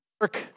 work